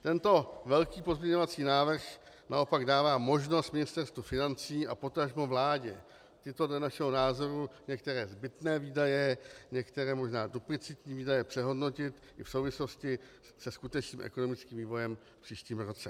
Tento velký pozměňovací návrh naopak dává možnost Ministerstvu financí a potažmo vládě tyto dle našeho názoru některé zbytné výdaje, některé možná duplicitní výdaje přehodnotit i v souvislosti se skutečným ekonomickým vývojem v příštím roce.